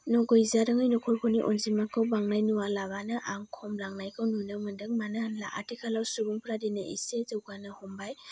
न' गैजारोङै नखरफोरनि अनजिमाखौ बांनाय नुवालाबानो आं खमायलांनायखौ नुनो मोनदों मानो होनब्ला आथिखालाव सुबुंफ्रा दिनै एसे जौगानो हमबाय